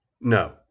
No